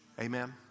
Amen